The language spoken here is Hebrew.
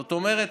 זאת אומרת,